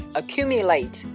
accumulate